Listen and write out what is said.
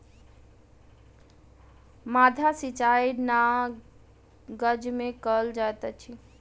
माद्दा सिचाई नाइ गज में कयल जाइत अछि